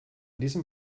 diesem